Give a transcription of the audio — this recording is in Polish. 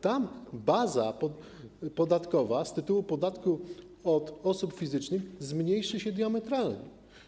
Tam baza podatkowa z tytułu podatku od osób fizycznych zmniejszy się diametralnie.